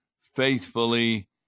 faithfully